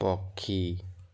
ପକ୍ଷୀ